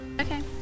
Okay